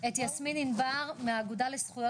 ואני תמיד מסתכלת על המניעה.